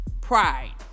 Pride